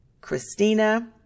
Christina